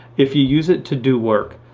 if you use it to do work,